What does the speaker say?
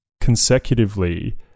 Consecutively